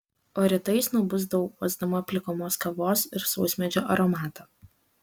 o rytais nubusdavau uosdama plikomos kavos ir sausmedžio aromatą